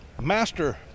Master